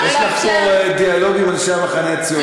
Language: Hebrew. יש לך פה דיאלוג עם אנשי המחנה הציוני.